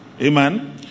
Amen